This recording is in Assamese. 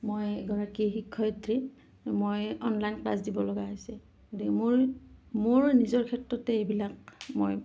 মই এগৰাকী শিক্ষয়িত্ৰী মই অনলাইন ক্লাছ দিব লগা হৈছে গতিকে মোৰ মোৰ নিজৰ ক্ষেত্ৰতে এইবিলাক মই